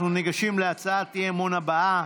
אנחנו ניגשים להצעת האי-אמון הבאה.